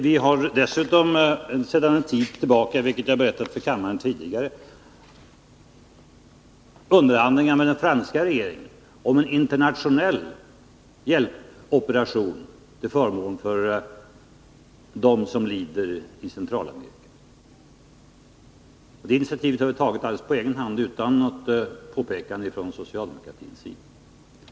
Vi har dessutom sedan en tid tillbaka, vilket jag har berättat för kammaren tidigare, bedrivit underhandlingar med den franska regeringen om en internationell hjälpoperation till förmån för dem som lider i Centralamerika. Det initiativet har vi tagit helt på egen hand, utan något påpekande från socialdemokraterna.